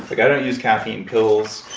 like i don't use caffeine pills,